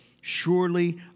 surely